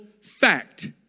fact